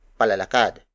palalakad